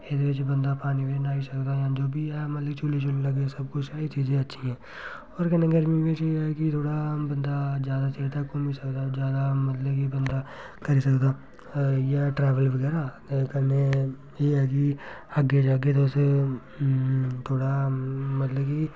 एह्दे बिच्च बंदा पानी बिच्च न्हाई सकदा जां जो बी ऐ मतलब बी सब कुछ एह् चीज़ें अच्छी ऐ ओह्दे कन्नै गै गर्मी बिच्च एह् ऐ कि थोह्ड़ा बंदा ज्यादा चिर तगर घूमी सकदा ज्यादा मतलब कि बंदा करी सकदा इ'यै ट्रैवलिंग बगैरा ते कन्नै एह् ऐ कि अग्गें जाह्गे तुस थोह्ड़ा मतलब कि